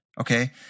Okay